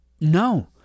No